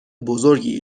بزرگی